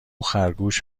خرگوش